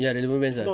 ya relevant bands ah